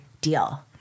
deal